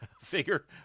figure